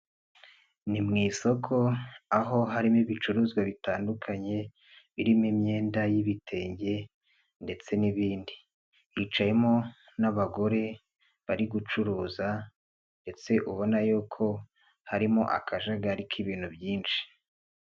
Ni mu isoko aho harimo ibicuruzwa bitandukanye birimo imyenda y'ibitenge ndetse n'ibindi. Hicayemo n'abagore bari gucuruza ndetse ubona yuko harimo akajagari k'ibintu byinshi.